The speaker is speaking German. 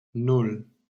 nan